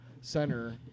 center